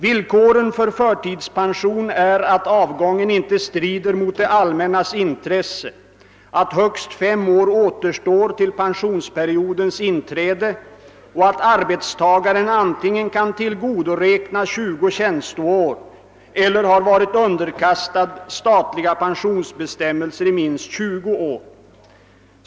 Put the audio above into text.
Villkoren för förtidspension är att avgången inte strider mot det allmännas intresse, att högst 5 år återstår till pensioneringsperiodens inträde och att arbetstagaren antingen kan tillgodoräkna 20 tjänsteår eller har varit underkastad statliga pensionsbestämmelser i minst 20 år.